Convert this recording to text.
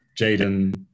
Jaden